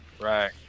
Right